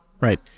Right